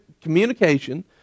communication